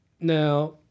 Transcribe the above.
Now